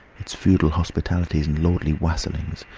its feudal hospitalities, and lordly wassailings,